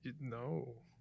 No